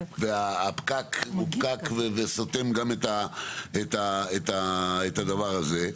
והפקק הוא פקק וסותם גם את הדבר הזה,